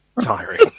tiring